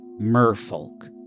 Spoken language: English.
merfolk